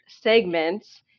segments